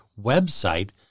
website